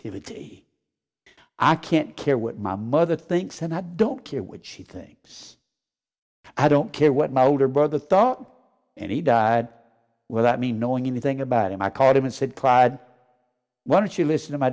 me i can't care what my mother thinks and i don't care what she thinks i don't care what my older brother thought and he died without me knowing anything about him i called him and said clyde why don't you listen to my